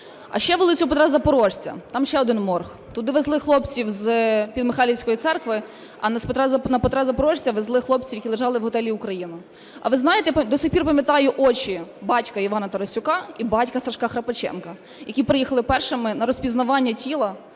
А ще вулицю Петра Запорожця, там ще один морг. Туди везли хлопців з-під Михайлівської церкви, а на Петра Запорожця везли хлопців, які лежали в готелі "Україна". А ви знаєте, до цих пір пам'ятаю очі батька Івана Тарасюка і батька Сашка Храпаченка, які приїхали першими на розпізнавання тіла…